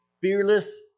fearless